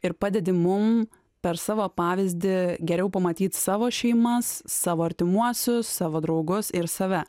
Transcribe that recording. ir padedi mum per savo pavyzdį geriau pamatyt savo šeimas savo artimuosius savo draugus ir save